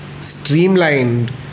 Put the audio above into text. streamlined